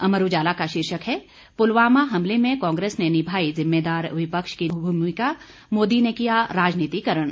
अमर उजाला का शीर्षक है पुलवामा हमले में कांग्रेस ने निभाई जिम्मेदार विपक्ष की भूमिका मोदी ने किया राजनीतिकरण